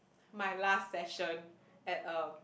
my last session at a